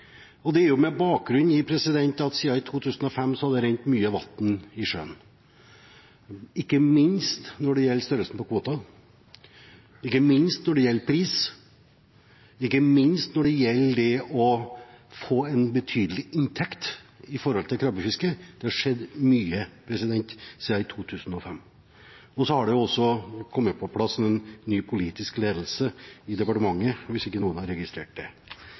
bakgrunn i at det har rent mye vann i sjøen siden 2005. Ikke minst når det gjelder størrelsen på kvotene, ikke minst når det gjelder pris, ikke minst når det gjelder det å få en betydelig inntekt av krabbefiske, har det skjedd mye siden 2005. Men så har det jo også kommet på plass en ny politisk ledelse i departementet – hvis det er noen som ikke har registrert det.